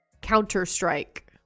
Counter-Strike